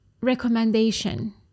recommendation